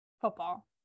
football